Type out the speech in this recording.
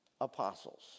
apostles